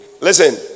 listen